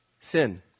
sin